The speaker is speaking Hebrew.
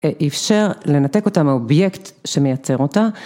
‫אפשר לנתק אותה מהאובייקט ‫שמייצר אותה.